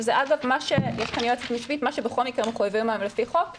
שזה אגב יש כאן יועצת משפטית מה שבכל מקרה מחויבים היום לפי חוק.